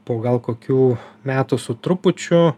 po gal kokių metų su trupučiu